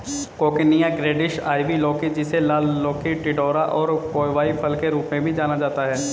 coccinia grandis, ivy लौकी, जिसे लाल लौकी, टिंडोरा और कोवाई फल के रूप में भी जाना जाता है